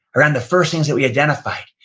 around the first things that we identified.